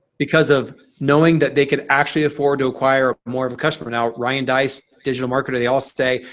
because of knowing that they could actually afford to acquire more of a customer. now, ryan deiss, digital marketer, they all stay.